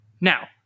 Now